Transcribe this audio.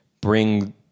bring